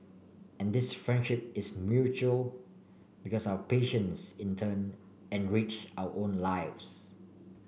and this friendship is mutual because our patients in turn enrich our own lives